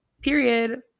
period